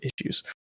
issues